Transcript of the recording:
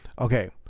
Okay